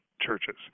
churches